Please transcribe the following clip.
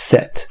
Set